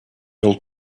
old